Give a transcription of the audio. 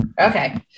Okay